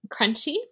crunchy